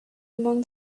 among